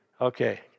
Okay